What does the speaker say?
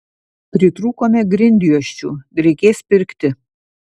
pritrūkome grindjuosčių reikės pirkti